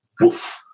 woof